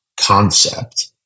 concept